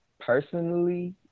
personally